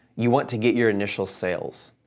you want to get your initial sales.